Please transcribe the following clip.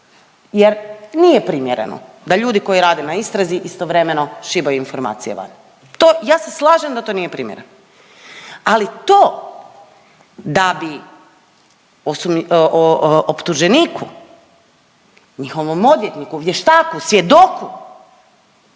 jer nije primjerno da ljudi koji rade na istrazi istovremeno šibaju informacije van. To, ja se slažem da to nije primjerno, ali to da bi osumlj… o, o optuženiku, njihovom odvjetniku, vještaku, svjedoku,